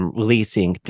releasing